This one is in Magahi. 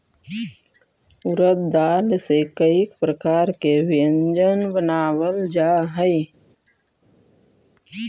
उड़द दाल से कईक प्रकार के व्यंजन बनावल जा हई